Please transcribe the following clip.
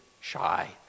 shy